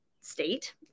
state